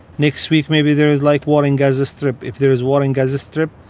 next week maybe there is like war in gaza strip. if there is war in gaza strip,